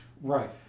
Right